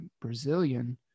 Brazilian